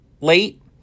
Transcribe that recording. late